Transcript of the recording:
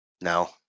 No